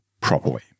properly